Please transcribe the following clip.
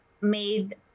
made